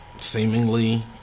seemingly